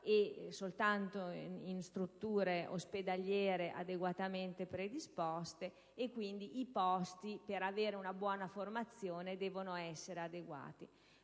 soltanto in strutture ospedaliere adeguatamente predisposte; quindi i posti per avere una buona formazione devono essere adeguati.